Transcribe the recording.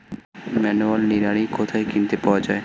Manual নিড়ানি কোথায় কিনতে পাওয়া যায়?